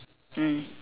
mm